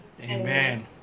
Amen